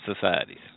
societies